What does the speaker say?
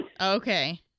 Okay